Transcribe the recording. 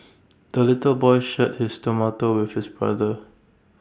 the little boy shared his tomato with his brother